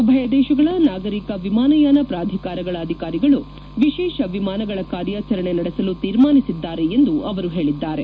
ಉಭಯ ದೇಶಗಳ ನಾಗರಿಕ ವಿಮಾನಯಾನ ಪ್ರಾಧಿಕಾರಗಳ ಅಧಿಕಾರಿಗಳು ವಿಶೇಷ ವಿಮಾನಗಳ ಕಾರ್ಯಾಚರಣೆ ನಡೆಸಲು ತೀರ್ಮಾನಿಸಿದ್ದಾರೆ ಎಂದು ಅವರು ಹೇಳಿದ್ದಾರೆ